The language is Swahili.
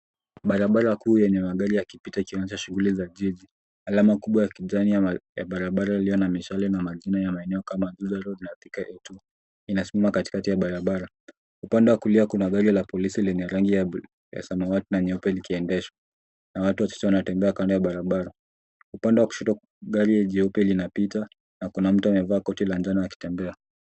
Barabara kuu yenye magari yakipita yakionyesha shughuli ya jiji, alama kubwa ya kijani ya barabara iliyo na mishale na majina ya maeneo kama Thika Road na Thika etu inasimama katikati ya barabara, upande wa kulia kuna gari la polisi lenye rangi ya samawati na nyeupe likiendeshwa. Na watu watu wachache wanatembea kando ya barabara. Upande wa kushoto gari jeupe linapita na kuna mtu amevaa koti la njano akitembea.